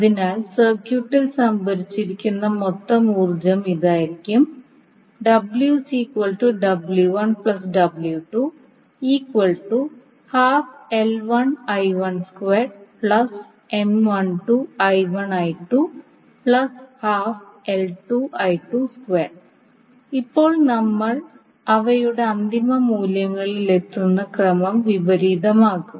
അതിനാൽ സർക്യൂട്ടിൽ സംഭരിച്ചിരിക്കുന്ന മൊത്തം ഊർജ്ജം ഇതായിരിക്കും ഇപ്പോൾ നമ്മൾ അവയുടെ അന്തിമ മൂല്യങ്ങളിൽ എത്തുന്ന ക്രമം വിപരീതമാക്കും